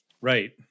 right